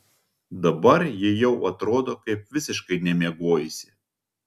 dabar ji jau atrodo kaip visiškai nemiegojusi